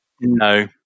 No